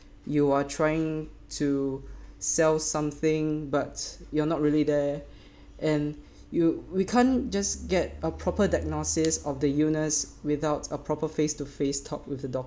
you are trying to sell something but you're not really there and you we can't just get a proper diagnosis of the illness without a proper face to face talk with the